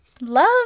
love